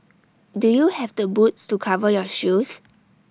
do you have the boots to cover your shoes